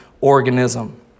organism